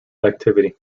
activity